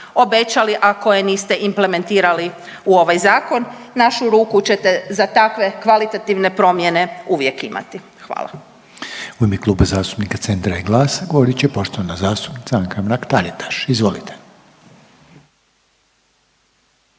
obećali, a koje niste implementirali u ovaj zakon, našu ruku ćete za takve kvalitativne promjene uvijek imati, hvala.